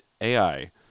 AI